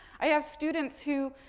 i have students who,